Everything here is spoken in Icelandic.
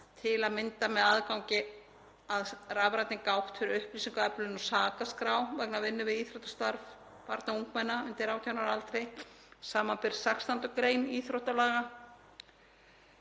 til að mynda með aðgangi að rafrænni gátt fyrir upplýsingaöflun úr sakaskrá vegna vinnu við íþróttastarf barna og ungmenna undir 18 ára aldri, sbr. 16. gr. íþróttalaga.